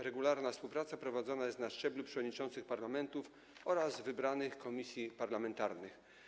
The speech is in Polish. Regularna współpraca prowadzona jest na szczeblu przewodniczących parlamentów oraz wybranych komisji parlamentarnych.